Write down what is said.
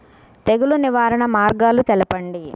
తెగులు నివారణ మార్గాలు తెలపండి?